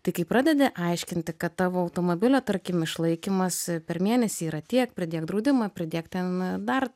tai kai pradedi aiškinti kad tavo automobilio tarkim išlaikymas per mėnesį yra tiek pridėk draudimą pridėk ten dar